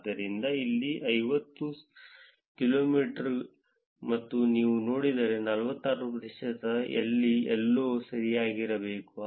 ಆದ್ದರಿಂದ ಇಲ್ಲಿ 50 ಕಿಲೋಮೀಟರ್ ಮತ್ತು ನೀವು ನೋಡಿದರೆ 46 ಪ್ರತಿಶತ ಇಲ್ಲಿ ಎಲ್ಲೋ ಸರಿಯಾಗಿರಬೇಕು